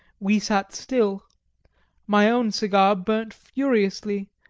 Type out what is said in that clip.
we sat still my own cigar burnt furiously,